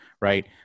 right